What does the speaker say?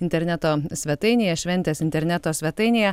interneto svetainėje šventės interneto svetainėje